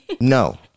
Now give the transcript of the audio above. No